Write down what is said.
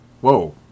whoa